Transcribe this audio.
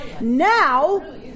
now